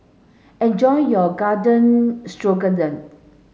enjoy your Garden Stroganoff